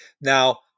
Now